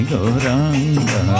Goranga